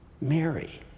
Mary